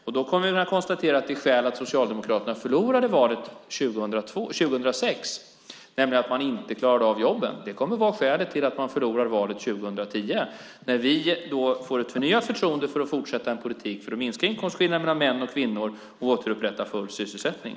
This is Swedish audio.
Vi kommer också att kunna konstatera att det skäl som gjorde att Socialdemokraterna förlorade valet 2006, nämligen att de inte klarade av jobben, kommer att vara skälet till att de förlorar valet 2010 när vi får ett förnyat förtroende för att fortsätta en politik för att minska inkomstskillnaderna mellan män och kvinnor och återupprätta full sysselsättning.